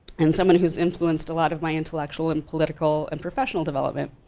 and someone who's influenced a lot of my intellectual and political and professional development.